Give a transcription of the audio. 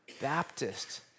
Baptist